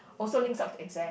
also links up to exam